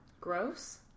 Gross